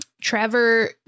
trevor